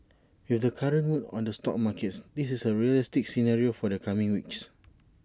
with the current mood on the stock markets this is A realistic scenario for the coming weeks